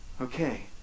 Okay